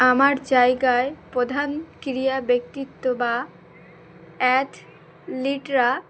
আমার জায়গায় প্রধান ক্রিড়া ব্যক্তিত্ব বা অ্যাথলিটরা